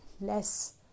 less